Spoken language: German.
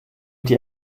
die